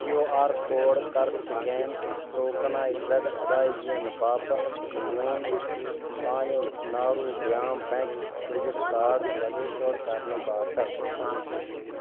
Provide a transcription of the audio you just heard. کیٚو R code کَر scan tokenized ادٲیگین باپتھ میون Tamil Nadu Grama bank credit card registered کرنہٕ باپتھ